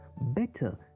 better